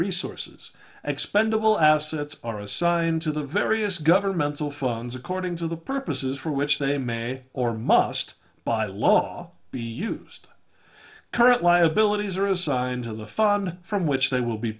resources expendable assets are assigned to the various governmental funds according to the purposes for which they may or must by law be used current liabilities are assigned to the fun from which they will be